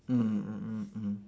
mm mm mm mm